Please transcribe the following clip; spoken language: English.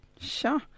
Sure